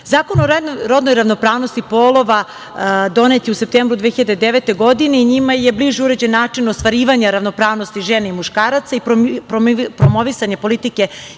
o rodnoj ravnopravnosti polova donet je u septembru 2009. godine i njime je bliže uređen način ostvarivanje ravnopravnosti žena i muškaraca i promovisanje politike